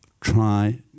try